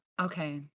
okay